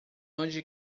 onde